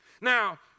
Now